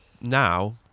now